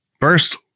First